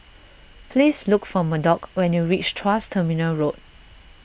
please look for Murdock when you reach Tuas Terminal Road